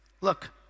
Look